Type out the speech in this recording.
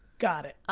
got it,